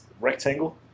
rectangle